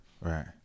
Right